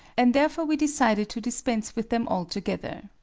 and therefore we decided to dispense with them altogether.